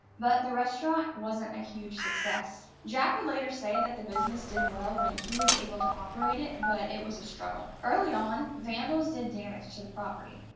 but the restaurant wasn't a huge success. jack would later say that the business did well when he was able to operate it, but it was a struggle. early on, vandals did damage to the property.